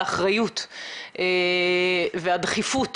האחריות והדחיפות